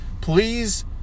please